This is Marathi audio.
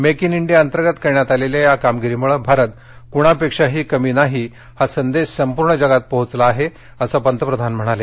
मेक इन इंडिया अंतर्गत करण्यात आलेल्या या कामगिरीमुळे भारत कुणापेक्षाही कमी नाही हा संदेश संपूर्ण जगात पोहोचला आहे असं पंतप्रधान म्हणाले